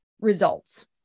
results